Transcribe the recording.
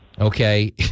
okay